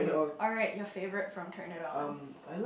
alright your favourite from turn it on